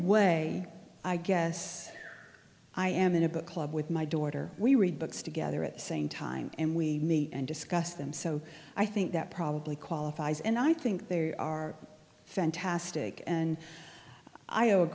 way i guess i am in a book club with my daughter we read books together at the same time and we meet and discuss them so i think that probably qualifies and i think they are fantastic and i